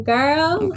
Girl